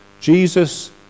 Jesus